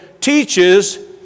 teaches